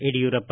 Yediyurappa